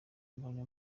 mbonye